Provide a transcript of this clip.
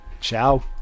Ciao